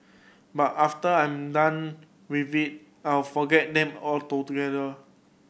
but after I'm done with it I'll forget them